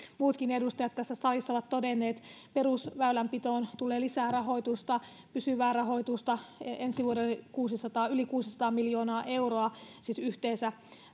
muutkin edustajat tässä salissa ovat todenneet perusväylänpitoon tulee lisää rahoitusta pysyvää rahoitusta ensi vuodelle yli kuusisataa miljoonaa euroa siis yhteensä